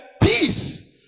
peace